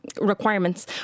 requirements